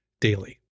daily